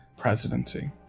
Presidency